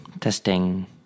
Testing